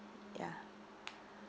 ya